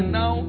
now